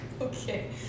Okay